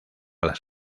las